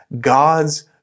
God's